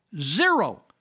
zero